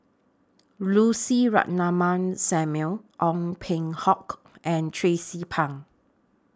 Lucy Ratnammah Samuel Ong Peng Hock and Tracie Pang